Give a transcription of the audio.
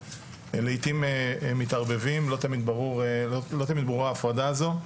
לעיתים מתערבבים לא תמיד ברורה ההפרדה הזו,